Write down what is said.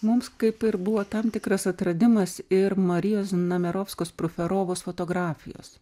mums kaip ir buvo tam tikras atradimas ir marijos znamierovskos proferovos fotografijos